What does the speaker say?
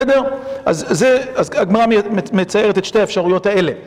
בסדר? אז הגמרא מציירת את שתי האפשרויות האלה.